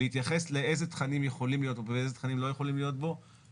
להתייחס לאיזה תכנים יכולים להיות או איזה תכנים לא יכולים להיות בו,